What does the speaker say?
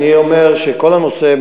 אני אומר שכל הנושא,